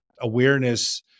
awareness